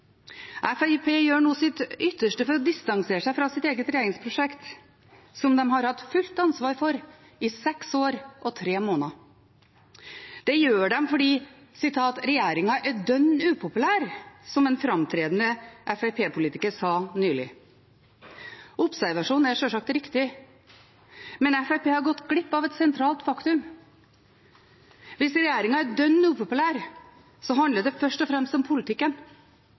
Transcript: gjør nå sitt ytterste for å distansere seg fra sitt eget regjeringsprosjekt, som de har hatt fullt ansvar for i seks år og tre måneder. Det gjør de fordi «regjeringen er dønn upopulær», som en framtredende Fremskrittsparti-politiker sa nylig. Observasjonen er sjølsagt riktig, men Fremskrittspartiet har gått glipp av et sentralt faktum. Hvis regjeringen er «dønn upopulær», handler det først og fremst om politikken.